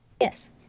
Yes